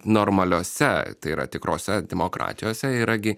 normaliose tai yra tikrose demokratijose yra gi